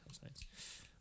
science